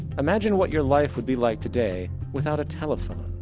imagine what your life would be like today without a telephone,